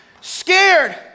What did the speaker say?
scared